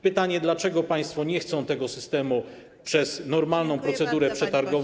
Pytanie, dlaczego państwo nie chcą tego systemu przez normalną procedurę przetargową.